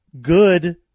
good